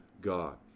God